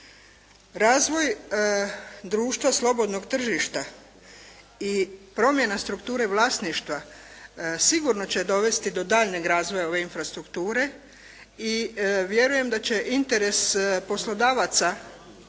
Razvoj društva slobodnog tržišta i promjena strukture vlasništva sigurno će dovesti do daljnjeg razvoja ove infrastrukture i vjerujem da će interes poslodavaca